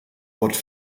wordt